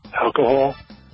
alcohol